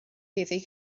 heddiw